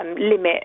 limit